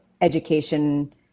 education